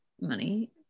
money